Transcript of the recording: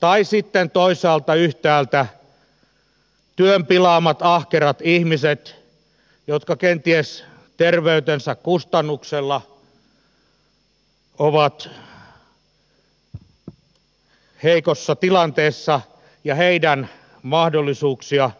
tai sitten yhtäältä työn pilaamien ahkerien ihmisten jotka kenties terveytensä kustannuksella ovat heikossa tilanteessa mahdollisuuksia